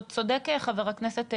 צודק חבר הכנסת סובה,